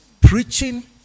preaching